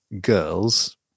girls